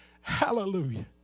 Hallelujah